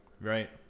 Right